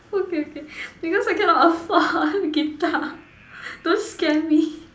okay okay because I cannot afford guitar don't scare me